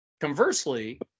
Conversely